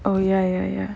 oh ya ya ya